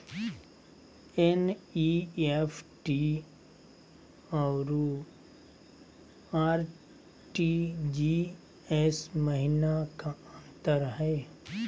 NEFT अरु RTGS महिना का अंतर हई?